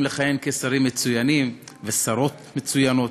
לכהן כשרים מצוינים וכשרות מצוינות,